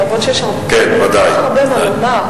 למרות שיש הרבה מה לומר.